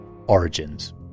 Origins